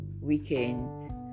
weekend